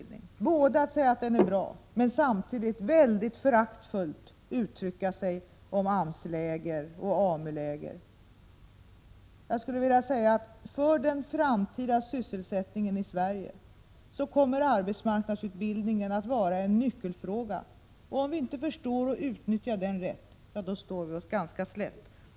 Hon säger å ena sidan att den är bra, men å andra sidan uttrycker hon sig mycket föraktfullt om AMS-läger och AMU-läger. För den framtida sysselsättningen i Sverige kommer arbetsmarknadsutbildningen att vara en nyckelfråga. Om vi inte förstår att utnyttja den rätt, kommer vi att stå oss ganska slätt.